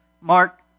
Mark